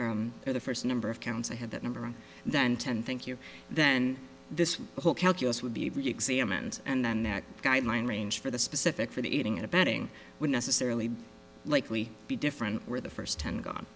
for the first number of counts i had that number and then ten thank you then this whole calculus would be examined and then guideline range for the specific for the eating in a betting would necessarily likely be different where the first ten go